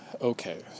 Okay